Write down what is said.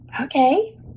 okay